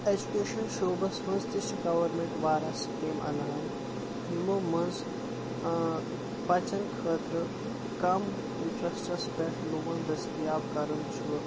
education شوبس منٛز تہِ چھِ گُورمینٹ واریاہ سکیٖم انان یِمو منٛز بچن خٲطرٕ کم انٹرسٹس پیٹھ لون دستیاب کرُن چھُ